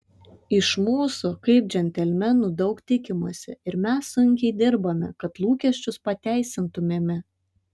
iš mūsų kaip džentelmenų daug tikimasi ir mes sunkiai dirbame kad lūkesčius pateisintumėme